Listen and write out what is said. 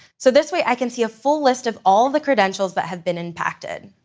so this way, i can see a full list of all the credentials that have been impacted.